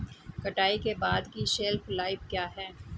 कटाई के बाद की शेल्फ लाइफ क्या है?